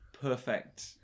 perfect